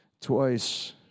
twice